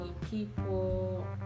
people